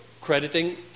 crediting